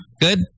Good